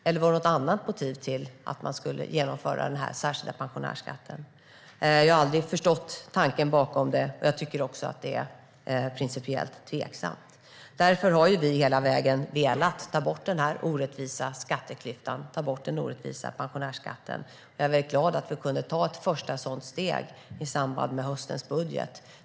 Eller var det något annat motiv till att man skulle genomföra den särskilda pensionärsskatten? Jag har aldrig förstått tanken bakom det. Jag tycker också att det är principiellt tveksamt. Därför har vi hela vägen velat ta bort denna orättvisa skatteklyfta, den orättvisa pensionärsskatten. Jag är glad att vi kunde ta ett första sådant steg i samband med höstens budget.